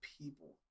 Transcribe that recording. people